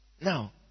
Now